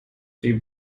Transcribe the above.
die